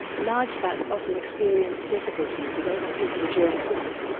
large bats often experience difficulties with overheating during flight.